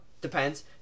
depends